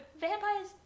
vampires